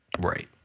Right